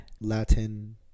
Latin